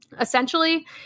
essentially